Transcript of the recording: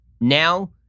now